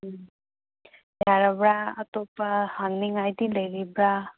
ꯌꯥꯔꯕ꯭ꯔꯥ ꯑꯇꯣꯞꯄ ꯍꯪꯅꯤꯡꯉꯥꯏꯗꯤ ꯂꯩꯔꯤꯕ꯭ꯔꯥ